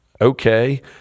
Okay